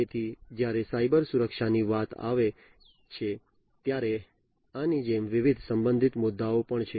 તેથી જ્યારે સાયબર સુરક્ષાની વાત આવે છે ત્યારે આની જેમ વિવિધ સંબંધિત મુદ્દાઓ પણ છે